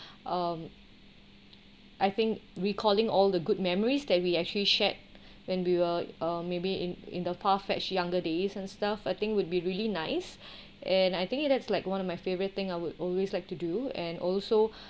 um I think recalling all the good memories that we actually shared when we were uh maybe in in the path fetch younger days and stuff I think would be really nice and I think it that's like one of my favourite thing I would always like to do and also